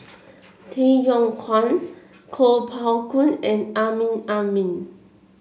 Kay Yong Kwang Kuo Pao Kun and Amrin Amin